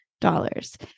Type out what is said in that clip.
dollars